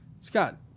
Scott